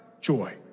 joy